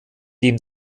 dem